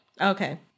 Okay